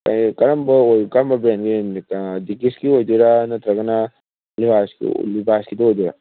ꯀꯩꯅꯣ ꯀꯔꯝꯕ ꯕ꯭ꯔꯦꯟꯒꯤ ꯗꯤꯀꯤꯁꯀꯤ ꯑꯣꯏꯗꯣꯏꯔꯥ ꯅꯠꯇ꯭ꯔꯒꯅ ꯂꯤꯚꯥꯏꯀꯤꯗꯨ ꯑꯣꯏꯗꯣꯏꯔꯥ